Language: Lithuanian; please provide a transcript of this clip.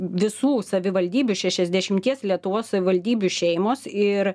visų savivaldybių šešiasdešimties lietuvos savivaldybių šeimos ir